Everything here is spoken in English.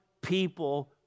people